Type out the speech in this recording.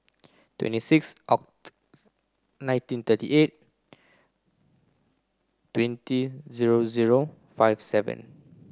twenty six Oct nineteen thirty eight twenty zero zero five seven